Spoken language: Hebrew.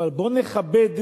אבל בואו נכבד.